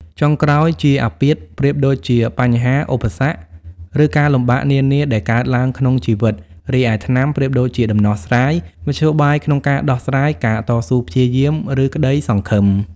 ចុងក្រោយ ជាអាពាធ ប្រៀបដូចជាបញ្ហា ឧបសគ្គ ឬការលំបាកនានាដែលកើតឡើងក្នុងជីវិត រីឯ ថ្នាំ ប្រៀបដូចជាដំណោះស្រាយ មធ្យោបាយក្នុងការដោះស្រាយ ការតស៊ូព្យាយាម ឬក្តីសង្ឃឹម។